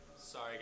Sorry